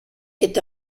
est